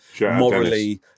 morally